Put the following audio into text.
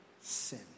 sin